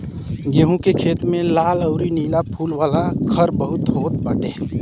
गेंहू के खेत में लाल अउरी नीला फूल वाला खर बहुते होत बाटे